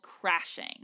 crashing